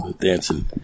Dancing